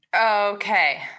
Okay